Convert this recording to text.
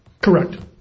Correct